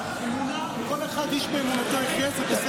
אמונה, כל אחד, איש באמונתו יחיה, זה בסדר.